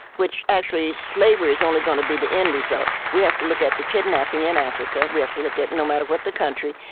which actually, slavery is only going to be the end result. we have to look at the kidnapping in africa. we have to look at no matter what the country.